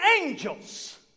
angels